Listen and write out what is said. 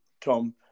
Tom